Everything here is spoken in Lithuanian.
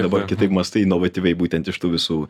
dabar kitaip mąstau inovatyviai būtent iš tų visų